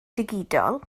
digidol